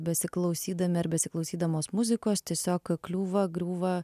besiklausydami ar besiklausydamos muzikos tiesiog kliūva griūva